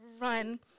run